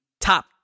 top